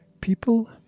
People